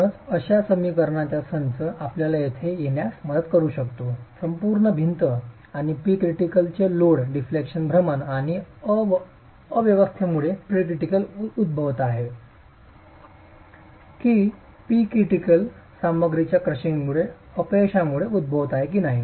म्हणूनच अशा समीकरणाचा संच आपल्याला येथे येण्यास मदत करू शकतो संपूर्ण भिंत आणि Pcritical चे लोड डिफ्लेक्शन भ्रमण आणि अस्वस्थतेमुळे Pcritical उद्भवत आहे की Pcritical सामग्रीच्या क्रॅशिंगमुळे अपयशामुळे उद्भवत आहे की नाही